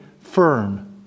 firm